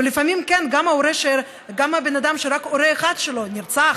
ולפעמים גם בן אדם שרק הורה אחד שלו נרצח,